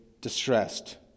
distressed